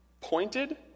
pointed